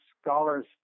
scholars